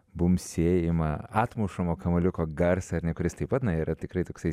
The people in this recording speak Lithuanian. bumbsėjimą atmušamo kamuoliuko garsą ar ne kuris taip pat na yra tikrai toksai